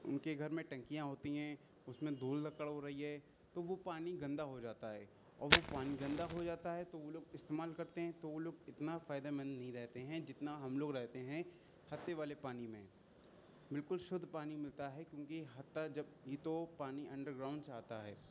ان کے گھر میں ٹنکیاں ہوتی ہیں اس میں دھول لکڑ ہو رہی ہے تو وہ پانی گندا ہو جاتا ہے اور وہ پانی گندا ہو جاتا ہے تو وہ لوگ استعمال کرتے ہیں تو وہ لوگ اتنا فائدے مند میں نہیں رہتے ہیں جتنا ہم لوگ رہتے ہیں ہتے والے پانی میں بالکل شدھ پانی ملتا ہے کیونکہ ہتا جب ہی تو پانی انڈرگراؤنڈ سے آتا ہے